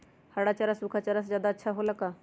हरा चारा सूखा चारा से का ज्यादा अच्छा हो ला?